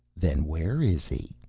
then where is he?